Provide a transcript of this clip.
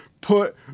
put